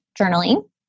journaling